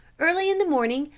early in the morning,